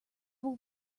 will